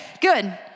good